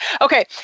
okay